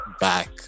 back